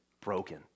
broken